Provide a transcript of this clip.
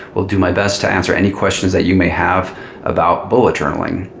will do my best to answer any questions that you may have about bullet journaling.